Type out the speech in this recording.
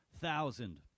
thousand